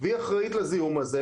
והיא אחראית לזיהום הזה,